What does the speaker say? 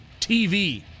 TV